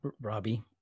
Robbie